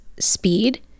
speed